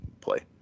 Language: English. play